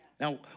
Now